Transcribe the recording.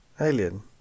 alien